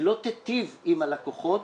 לא תיטיב עם הלקוחות,